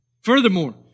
Furthermore